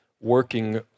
working